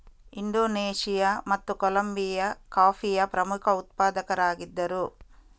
Indonesia ಮತ್ತು Colombia ಕಾಫಿಯ ಪ್ರಮುಖ ಉತ್ಪಾದಕರಾಗಿದ್ದರು